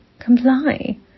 comply